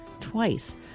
twice